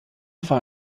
war